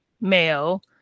male